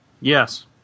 Yes